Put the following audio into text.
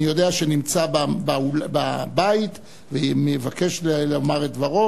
שאני יודע שהוא נמצא בבית ומבקש לומר את דברו